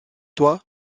toit